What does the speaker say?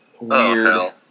weird